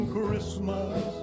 Christmas